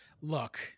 look